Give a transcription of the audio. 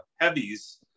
heavies